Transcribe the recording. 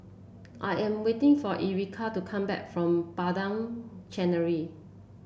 I am waiting for Ericka to come back from Padang Chancery